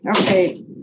Okay